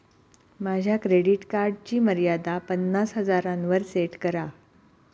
माझ्या क्रेडिट कार्डची मर्यादा पन्नास हजारांवर सेट करा